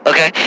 Okay